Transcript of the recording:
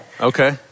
Okay